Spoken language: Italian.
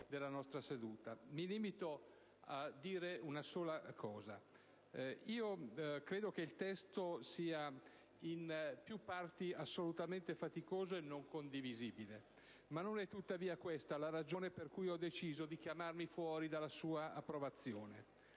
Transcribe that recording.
Mi limito a dire una sola cosa: credo che il testo sia in più parti assolutamente faticoso e non condivisibile, ma non è tuttavia questa la ragione per cui ho deciso di chiamarmi fuori della sua approvazione.